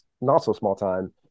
not-so-small-time